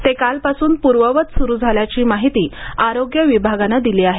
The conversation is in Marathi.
ते कालपासून पूर्ववत सुरू झाल्याची माहिती आरोग्य विभागानं दिली आहे